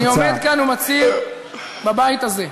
אני עומד כאן ומצהיר בבית הזה: